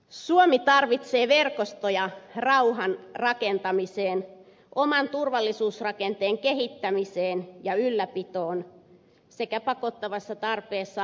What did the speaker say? suomi tarvitsee verkostoja rauhan rakentamiseen oman turvallisuusrakenteen kehittämiseen ja ylläpitoon sekä pakottavassa tarpeessa aktiiviseen käyttöön